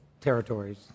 territories